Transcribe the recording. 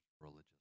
religious